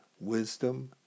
wisdom